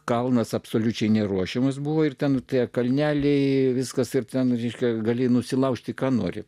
kalnas absoliučiai ne ruošimas buvo ir ten tie kalneliai viskas ir ten reikia gali nusilaužti ką nori